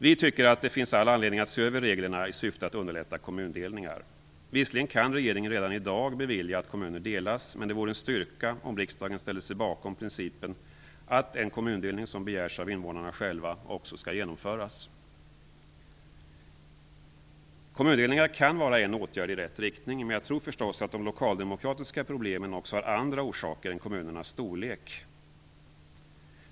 Vi tycker att det finns all anledning att se över reglerna i syfte att underlätta kommundelningar. Visserligen kan regeringen redan i dag bevilja att kommuner delas, men det vore en styrka om riksdagen ställde sig bakom principen att en kommundelning som begärs av invånarna själva också skall genomföras. Kommundelningar kan vara en åtgärd i rätt riktning, men jag tror förstås att de lokaldemokratiska problemen också har andra orsaker än kommunernas storlek.